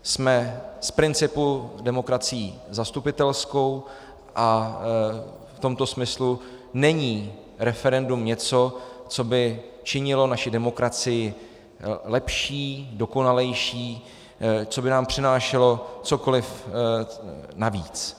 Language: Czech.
Jsme z principu demokracií zastupitelskou a v tomto smyslu není referendum něco, co by činilo naši demokracii lepší, dokonalejší, co by nám přinášelo cokoliv navíc.